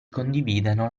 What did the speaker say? condividano